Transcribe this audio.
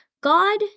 God